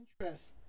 interest